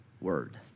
word